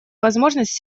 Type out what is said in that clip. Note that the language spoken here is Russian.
возможность